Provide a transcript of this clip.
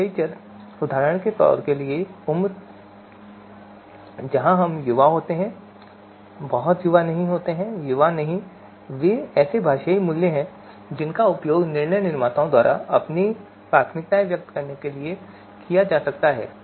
भाषा चर जेसे युवा बहुत युवा नहीं युवा नहीं जैसे भाषाई मुलयों का प्रयोग किया जाता है जिनका उपयोग निर्णय निर्माताओं द्वारा अपनी प्राथमिकताएं व्यक्त करने के लिए किया जा सकता है